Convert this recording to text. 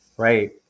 Right